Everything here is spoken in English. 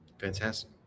fantastic